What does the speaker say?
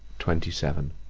twenty seven